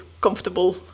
comfortable